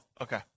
okay